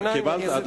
עם הקידוחים,